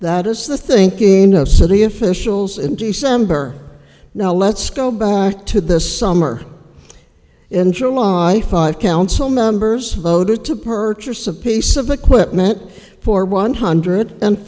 the thinking of city officials in december now let's go back to the summer in july five council members voted to purchase a piece of equipment for one hundred